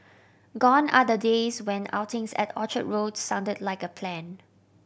gone are the days when outings at Orchard Road sounded like a plan